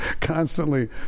Constantly